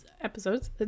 episodes